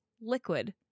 liquid